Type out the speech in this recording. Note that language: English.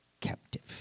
captive